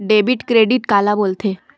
Debit credit काला बोल थे?